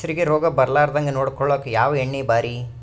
ಹೆಸರಿಗಿ ರೋಗ ಬರಲಾರದಂಗ ನೊಡಕೊಳುಕ ಯಾವ ಎಣ್ಣಿ ಭಾರಿ?